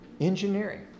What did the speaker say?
engineering